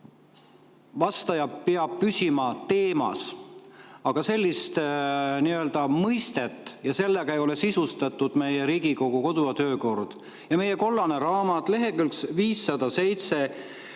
vastaja peab püsima teemas, aga sellist mõistet [ei ole] ja sellega ei ole sisustatud meie Riigikogu kodu‑ ja töökord. Meie kollane raamat leheküljel 507